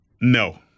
No